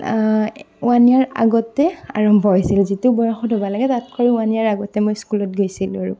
one year আগতে আৰম্ভ হৈছিল যিটো বয়সত হ'ব লাগে তাতকৈ ওৱান ইয়েৰ আগতে মই স্কুলত গৈছিলোঁ আৰু